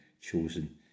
chosen